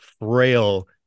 frail